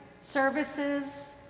services